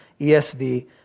ESV